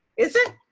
is it?